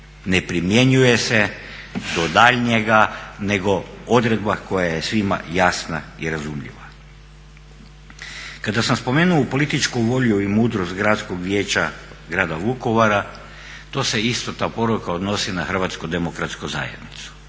ne primjenjuje se do daljnjega nego odredba koja je svima jasna i razumljiva. Kada smo spomenuo političku volju i mudrost Gradskog vijeća Grada Vukovara to se isto ta poruka odnosi na HDZ kao stranku